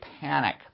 panic